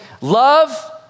love